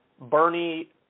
Bernie